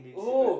oh